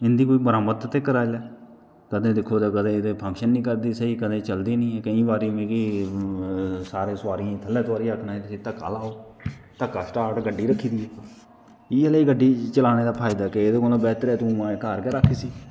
इंदी कोई मरम्मत ते कराई लै कदें दिक्खो ते कदें एह्दे फंक्शन निं करदे सेही कदें एह् चलदी निं ऐ केईं बारी मिगी सारियें सोआरियें गी थ'ल्लै तोआरियै आखना इसी धक्का लाओ धक्का स्टार्ट गड्डी रक्खी दी इ'यै नेही गड्डी चलाने दा फायदा केह् ऐ एह्दे कोला बेह्तर तूं माए घर गै रक्ख इसी